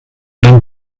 dem